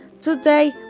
Today